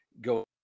go